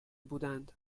بودند